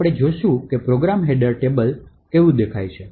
તેથી આપણે જોશું કે પ્રોગ્રામ હેડર ટેબલ કેવી દેખાય છે